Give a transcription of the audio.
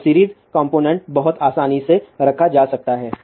तो series component बहुत आसानी से रखा जा सकता है